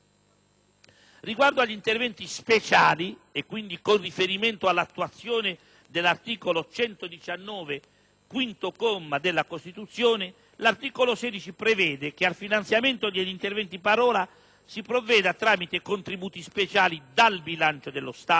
Riguardo agli interventi speciali, e quindi con riferimento all'attuazione dell'articolo 119 della Costituzione, quinto comma, l'articolo 16 prevede che al finanziamento degli interventi in parola si provveda tramite contributi speciali dal bilancio dello Stato,